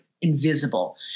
invisible